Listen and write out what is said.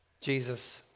Jesus